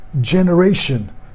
generation